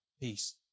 peace